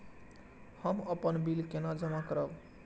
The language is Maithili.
हम अपन बिल केना जमा करब?